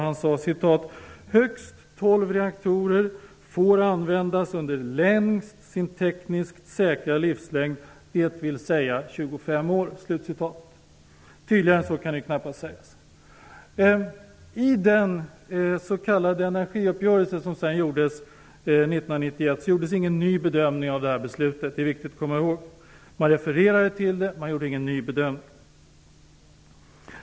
Han sade: ''Högst tolv reaktorer får användas under längst sin tekniskt säkra livslängd, dvs. 25 år.'' Tydligare än så kan det knappast sägas. 1991 gjordes ingen ny bedömning av det beslutet. Det är viktigt att komma ihåg. Man refererade till det, man gjorde ingen ny bedömning.